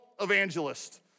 evangelist